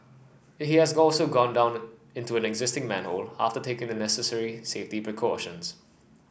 he has also gone down into an existing after taking the necessary safety precautions